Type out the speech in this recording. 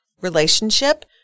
relationship